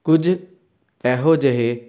ਕੁਝ ਇਹੋ ਜਿਹੇ